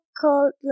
called